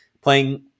playing